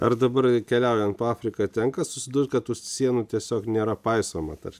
ar dabar keliaujant po afriką tenka susidurt kad už sienų tiesiog nėra paisoma kad